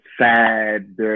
Sad